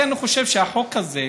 לכן אני חושב שהחוק הזה,